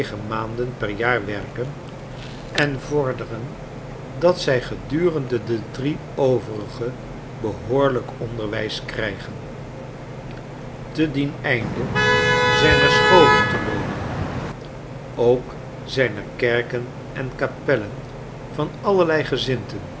maanden per jaar werken en vorderen dat zij gedurende de drie overige behoorlijk onderwijs krijgen te dien einde zijn er scholen te lowell ook zijn er kerken en kapellen van allerlei